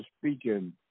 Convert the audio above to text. speaking